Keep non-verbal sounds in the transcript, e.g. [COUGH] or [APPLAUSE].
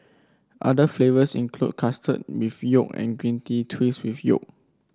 other flavours include custard [UNINTELLIGIBLE] yolk and green tea twist with yolk